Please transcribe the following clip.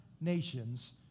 nations